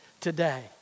today